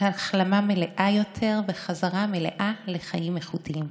החלמה מלאה יותר וחזרה מלאה לחיים איכותיים.